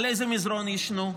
על איזה מזרן ישנו,